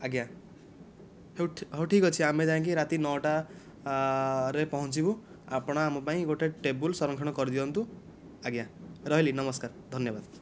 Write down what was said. ଆଜ୍ଞା ହେଉ ହେଉ ଠିକ୍ ଅଛି ଆମେ ଯାଇକି ରାତି ନଅଟା ରେ ପହଞ୍ଚିବୁ ଆପଣ ଆମପାଇଁ ଗୋଟିଏ ଟେବୁଲ ସଂରକ୍ଷଣ କରିଦିଅନ୍ତୁ ଆଜ୍ଞା ରହିଲି ନମସ୍କାର ଧନ୍ୟବାଦ